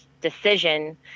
decision